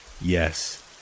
Yes